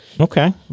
Okay